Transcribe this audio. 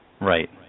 Right